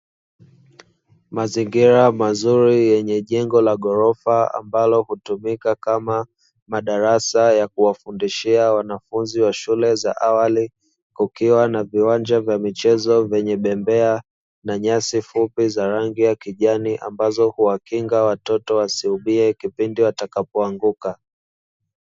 Mazingira mazuri yenye jengo la gorofa ambalo hutumika kama madarasa ya kuwafundishia wanafunzi wa shule za awali, kukiwa na viwanja vya michezo vyenye bembea na nyasi fupi za rangi ya kijani, ambazo huwakinga watoto wasiumie, kipindi watakapoanguka.